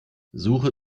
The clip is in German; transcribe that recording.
suche